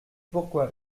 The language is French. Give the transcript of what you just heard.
pourquoi